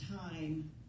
time